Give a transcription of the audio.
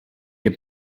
hier